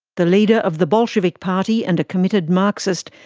the leader of the bolshevik party and a committed marxist,